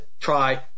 try